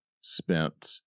spent